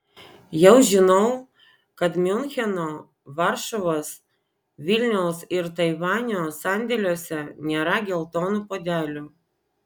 jau žinau kad miuncheno varšuvos vilniaus ir taivanio sandėliuose nėra geltonų puodelių